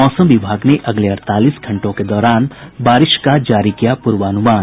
मौसम विभाग ने अगले अड़तालीस घंटों के दौरान बारिश का जारी किया पूर्वानुमान